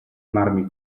marmi